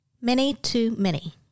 Many-to-many